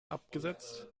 abgesetzt